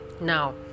now